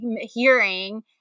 hearing